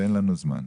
ואין לנו זמן.